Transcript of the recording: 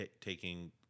taking